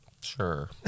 Sure